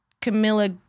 Camilla